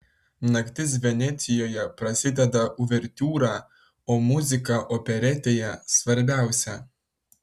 naktis venecijoje prasideda uvertiūra o muzika operetėje svarbiausia